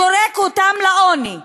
זורק אותן לעוני.